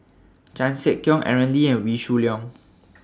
Chan Sek Keong Aaron Lee and Wee Shoo Leong